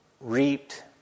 reaped